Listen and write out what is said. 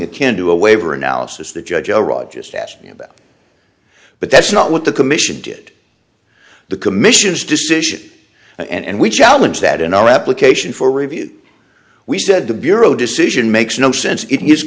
akin to a waiver analysis the judge iraq just asked me about but that's not what the commission did the commission's decision and we challenge that in our application for review we said the bureau decision makes no sense it is